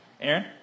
Aaron